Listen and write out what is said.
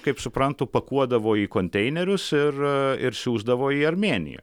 kaip suprantu pakuodavo į konteinerius ir ir siųsdavo į armėniją